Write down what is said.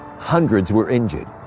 hundreds were injured.